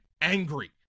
angry